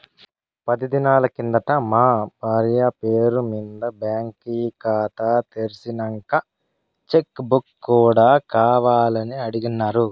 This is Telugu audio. పది దినాలు కిందట మా బార్య పేరు మింద బాంకీ కాతా తెర్సినంక చెక్ బుక్ కూడా కావాలని అడిగిన్నాను